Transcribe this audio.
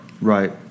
Right